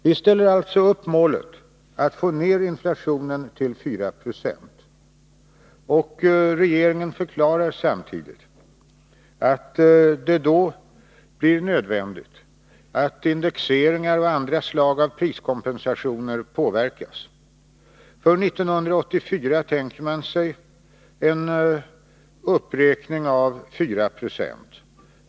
Vi ställer alltså upp målet att få ned inflationen till 4 26. Regeringen förklarar samtidigt att det då blir nödvändigt att indexeringar och andra slag av priskompensationer påverkas. För 1984 tänker man sig en uppräkning av högst 4 96.